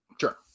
Sure